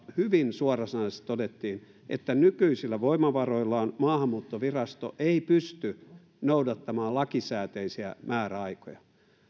hyvin suorasanaisesti todettiin että nykyisillä voimavaroillaan maahanmuuttovirasto ei pysty noudattamaan lakisääteisiä määräaikoja